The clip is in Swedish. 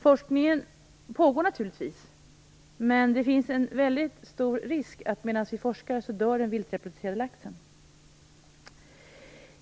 Forskningen pågår naturligtvis, men det finns en väldigt stor risk för att den vildreproducerande laxen dör medan vi forskar.